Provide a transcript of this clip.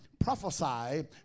prophesy